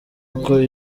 uko